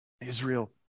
Israel